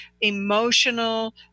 emotional